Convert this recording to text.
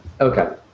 Okay